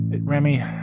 Remy